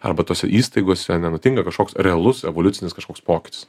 arba tose įstaigose nenutinka kažkoks realus evoliucinis kažkoks pokytis